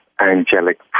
angelic